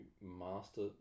master